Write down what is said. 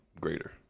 greater